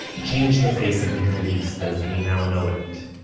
changed the face of the middle east as we now know it.